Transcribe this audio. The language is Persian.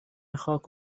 خاک